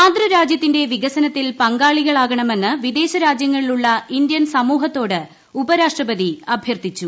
മാതൃ രാജ്യത്തിന്റെ വിക്സ്നത്തിൽ പങ്കാളികളാകണമെന്ന് വിദേശ രാജ്യങ്ങളിലുള്ള ഇന്ത്യൻ സമൂഹത്തോട് ഉപരാഷ്ട്രപതി അഭ്യർത്ഥിച്ചു